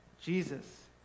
Jesus